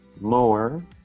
more